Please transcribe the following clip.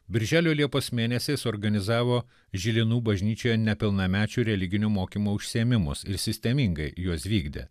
birželio liepos mėnesį suorganizavo žilinų bažnyčioje nepilnamečių religinių mokymų užsiėmimus ir sistemingai juos vykdė